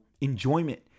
enjoyment